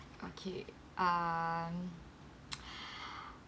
okay um